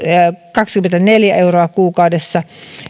kaksikymmentäneljä euroa kuukaudessa